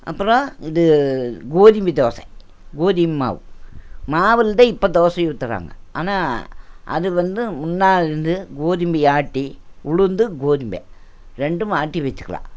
அப்புறம் இது கோதுமை தோசை கோதும் மாவு மாவில் தான் இப்போ தோசை ஊற்றுறாங்க ஆனால் அது வந்து முன்னால் இருந்து கோதுமைய ஆட்டி உளுந்து கோதும்ப ரெண்டும் ஆட்டி வச்சிக்கலாம்